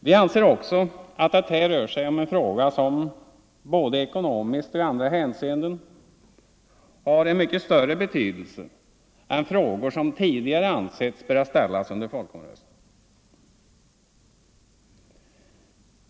Vi anser också att det här rör sig om en fråga som, både ekonomiskt och i andra hänseenden, har en mycket större betydelse än frågor som tidigare ansetts böra ställas under folkomröstning.